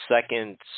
second